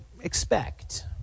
expect